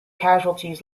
casualties